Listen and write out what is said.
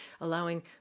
allowing